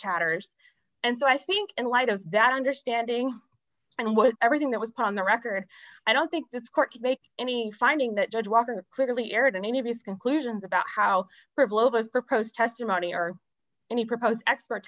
chatters and so i think in light of that understanding and what everything that was put on the record i don't think this court can make any finding that judge walker clearly air than any of his conclusions about how provoke a proposed testimony or any proposed expert